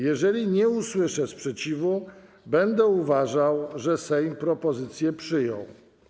Jeżeli nie usłyszę sprzeciwu, będę uważał, że Sejm propozycję przyjął.